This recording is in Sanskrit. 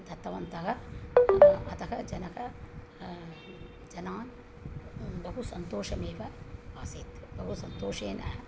दत्तवन्तः अतः जनाः जनान् बहुसन्तोषमेव आसीत् बहुसन्तोषेण